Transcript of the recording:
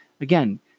Again